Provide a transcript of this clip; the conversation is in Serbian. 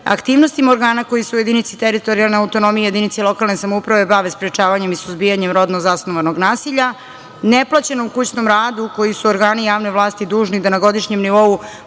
aktivnostima organa koji se u jedinici teritorijalne autonomije jedinice lokalne samouprave bave sprečavanjem i suzbijanjem rodno zasnovanog nasilja; neplaćenom kućnom radu koji su organi javne vlasti dužni da na godišnjem nivou